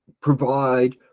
provide